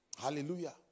Hallelujah